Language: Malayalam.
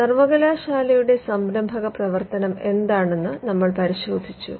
സർവ്വകലാശാലയുടെ സംരംഭക പ്രവർത്തനം എന്താണെന്ന് നമ്മൾ പരിശോധിച്ചു